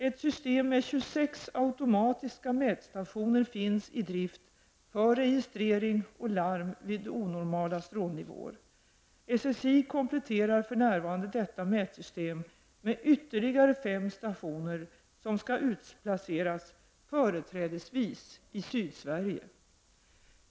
Ett system med 26 automatiska mätstationer finns i drift för registrering och larm vid onormala strålnivåer. SST kompletterar för närvarande detta mätsystem med ytterligare fem stationer som skall utplaceras företrädesvis i Sydsverige.